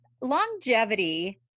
longevity